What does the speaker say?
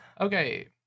Okay